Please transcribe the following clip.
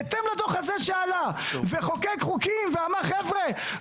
בהתאם לדוח הזה שעלה וחוקק חוקים ואמר חבר'ה,